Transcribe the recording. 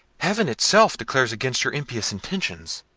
heaven itself declares against your impious intentions!